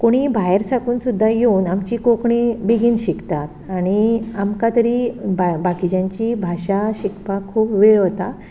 कोणीय भायर साकून सुद्दां येवून आमची कोंकणी बेगीन शिकता आनी आमकां तरी बा बाकिच्यांची भाशा शिकपाक खूब वेळ वता